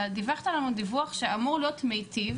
אתה דיווחת לנו דיווח שאמור להיות מיטיב